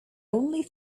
only